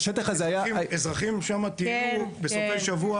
אזרחים שם טיילו בסופי שבוע?